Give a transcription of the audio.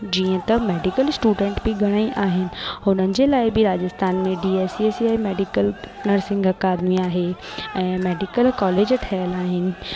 जीअं त medical student बि घणेई आहिनि हुननि जे लाइ बि राजस्थान में D S E S I medical nursing academy आहे ऐं मेडिकल कॉलेज ठहियलु आहिनि